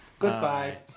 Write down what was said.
Goodbye